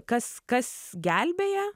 kas kas gelbėja